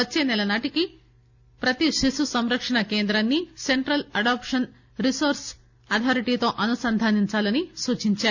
వచ్చే నెలనాటికి ప్రతి శిశు సంరక్షణ కేంద్రాన్ని సెంట్రల్ ఆడాప్షన్ రిసోర్ప్ అథారిటీతో అనుసంధానించాలని సూచించారు